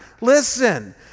Listen